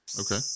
Okay